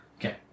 Okay